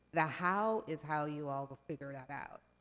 the how is how you all will figure that out.